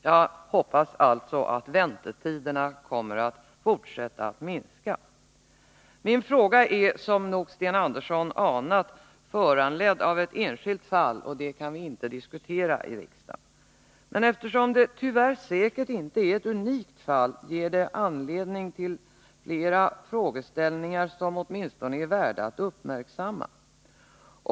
Jag hoppas alltså att väntetiderna kommer att fortsätta att minska. Min fråga är, som nog Sten Andersson anat, föranledd av ett enskilt fall, och det kan vi inte diskutera i riksdagen. Men eftersom det tyvärr säkert inte är ett unikt fall, ger det anledning till flera frågeställningar, som åtminstone är värda att uppmärksammas.